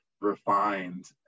refined